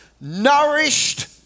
nourished